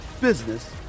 business